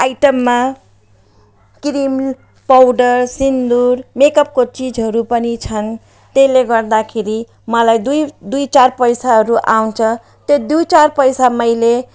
आइटममा cream powder सिन्दुर मेकअपको चिजहरू पनि छन् त्यसले गर्दाखेरि मलाई दुई दुई चार पैसाहरू आउँछ त्यो दुई चार पैसा मैले